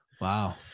Wow